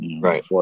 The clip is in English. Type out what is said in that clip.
right